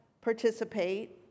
participate